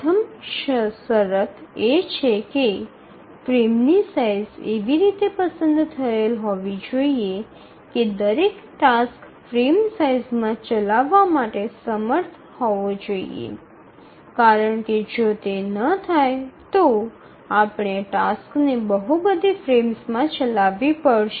પ્રથમ શરત એ છે કે ફ્રેમની સાઇઝ એવી રીતે પસંદ થયેલ હોવી જોઈએ કે દરેક ટાસ્ક ફ્રેમ સાઇઝમાં ચલાવવા માટે સમર્થ હોવું જોઈએ કારણ કે જો તે ન થાય તો આપણે ટાસ્કને બહુ બધી ફ્રેમ્સમાં ચલાવવી પડશે